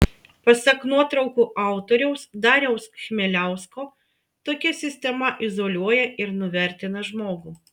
pasak nuotraukų autoriaus dariaus chmieliausko tokia sistema izoliuoja ir nuvertina žmogų